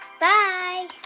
Bye